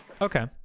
Okay